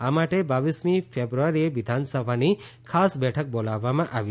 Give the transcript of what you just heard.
આ માટે બાવીસમી ફેબ્રુઆરીએ વિધાનસભાની ખાસ બેઠક બોલાવવામાં આવી છે